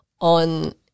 on